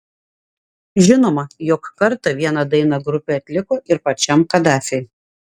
žinoma jog kartą vieną dainą grupė atliko ir pačiam kadafiui